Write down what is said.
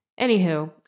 Anywho